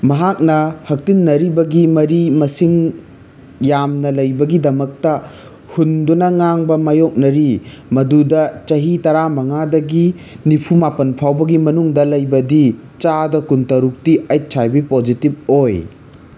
ꯃꯍꯥꯛꯅ ꯍꯛꯇꯤꯟꯅꯔꯤꯕꯒꯤ ꯃꯔꯤ ꯃꯁꯤꯡ ꯌꯥꯝꯅ ꯂꯩꯕꯒꯤꯗꯃꯛꯇ ꯍꯨꯟꯗꯨꯅ ꯉꯥꯡꯕ ꯃꯥꯌꯣꯛꯅꯔꯤ ꯃꯗꯨꯗ ꯆꯍꯤ ꯇꯔꯥꯃꯉꯥꯗꯒꯤ ꯅꯤꯐꯨꯃꯥꯄꯟ ꯐꯥꯎꯕꯒꯤ ꯃꯅꯨꯡꯗ ꯂꯩꯕꯗꯤ ꯆꯥꯗ ꯀꯨꯟꯇꯔꯨꯛꯇꯤ ꯑꯩꯆ ꯑꯥꯏ ꯚꯤ ꯄꯣꯖꯤꯇꯤꯐ ꯑꯣꯏ